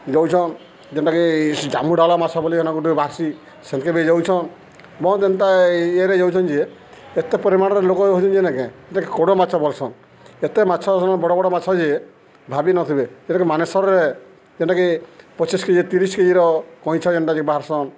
ଯଉଛନ୍ ଯେନ୍ଟାକି ଜାମୁଡାଳ ମାର୍ସନ୍ ବୋଲି ହେନେ ଗୋଟେକେ ବାହାର୍ସି ସେନ୍କେ ବି ଯାଉଛନ୍ ବହୁତ୍ ଏନ୍ତା ଇଏରେ ଯାଉଛନ୍ ଯେ ଏତେ ପରିମାଣରେ ଲୋକ ହଉଛନ୍ ଯେ ନିକେଁ ଇଟାକ କୋଡ଼ ମାଛ ବଲ୍ସନ୍ ଏତେ ମାଛ ବଡ଼ ବଡ଼ ମାଛ ଯେ ଭାବିନଥିବେ ଯେନ୍ଟାକି ମାନେସର୍ରେ ଯେନ୍ଟାକି ପଚିଶ୍ କେ ଜି ତିରିଶ୍ କେଜିର କଇଁଛ ଯେନ୍ଟାକି ବାହାର୍ସନ୍